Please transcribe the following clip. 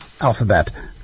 Alphabet